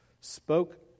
spoke